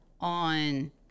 on